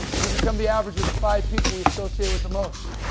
we become the average of the five people we associate with the most.